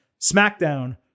SmackDown